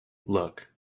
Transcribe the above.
look